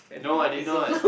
no I did not